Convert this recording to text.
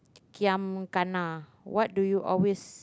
giam gana what do you always